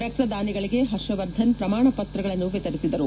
ರಕ್ಷದಾನಿಗಳಿಗೆ ಹರ್ಷವರ್ಧನ್ ಪ್ರಮಾಣಪತ್ರಗಳನ್ನು ವಿತರಿಸಿದರು